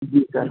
जी sir